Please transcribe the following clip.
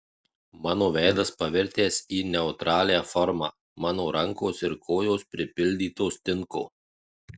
mano veidas pavirtęs į neutralią formą mano rankos ir kojos pripildytos tinko